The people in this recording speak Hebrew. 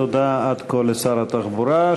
תודה עד כה לשר התחבורה.